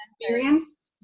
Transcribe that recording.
experience